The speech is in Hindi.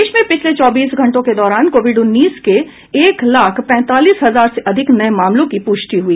देश में पिछले चौबीस घंटों के दौरान कोविड उन्नीस के एक लाख पैंतालीस हजार से अधिक नए मामलों की पुष्टि हुई